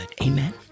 Amen